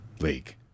league